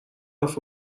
حرف